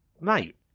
mate